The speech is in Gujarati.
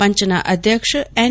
પંચના અધ્યક્ષ એન